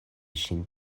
ŝin